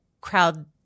crowd